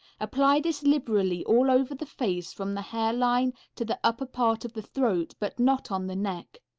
apply this liberally all over the face from the hair line to the upper part of the throat, but not on the neck.